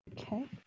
Okay